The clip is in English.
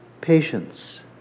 patience